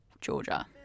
Georgia